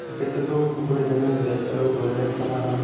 ক্ৰিকেটটোতো সকলোৱে জানে বেট আৰু বলেৰে খেলা হয়